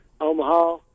Omaha